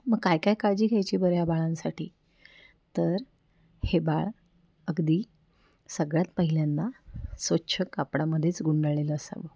मग काय काय काळजी घ्यायची बरं या बाळांसाठी तर हे बाळ अगदी सगळ्यात पहिल्यांदा स्वच्छ कापडामध्येच गुंडाळलेलं असावं